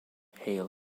hail